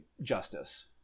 justice